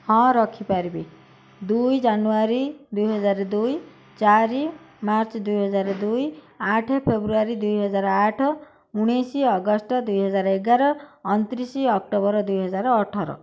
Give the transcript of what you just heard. ହଁ ରଖିପାରିବି ଦୁଇ ଜାନୁଆରୀ ଦୁଇ ହଜାର ଦୁଇ ଚାରି ମାର୍ଚ୍ଚ ଦୁଇ ହଜାର ଦୁଇ ଆଠ ଫେବୃଆରୀ ଦୁଇ ହଜାର ଆଠ ଉଣେଇଶି ଅଗଷ୍ଟ ଦୁଇ ହଜାର ଏଗାର ଅଣତିରିଶି ଅକ୍ଟୋବର ଦୁଇ ହଜାର ଅଠର